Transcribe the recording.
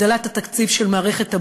הגדלת התקציב של מערכת הבריאות,